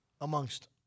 amongst